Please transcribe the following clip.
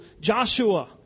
Joshua